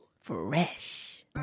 fresh